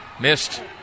Missed